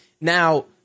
now